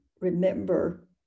remember